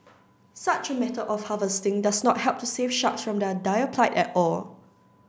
such a method of harvesting does not help to save sharks from their dire plight at all